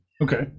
Okay